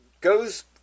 goes